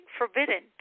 forbidden